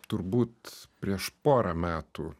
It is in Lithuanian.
turbūt prieš porą metų